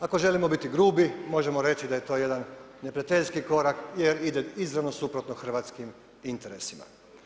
Ako želimo biti grubi možemo reći da je to jedan neprijateljski korak jer ide izravno suprotno hrvatskim interesima.